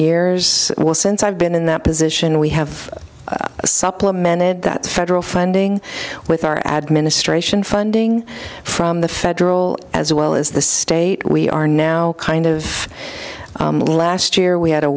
years while since i've been in that position we have supplemented that federal funding with our administration funding from the federal as well as the state we are now kind of last year we had a